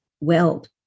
Weld